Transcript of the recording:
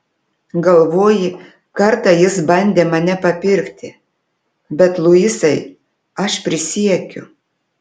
galvoji kartą jis bandė mane papirkti bet luisai aš prisiekiu